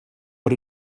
but